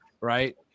Right